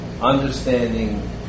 understanding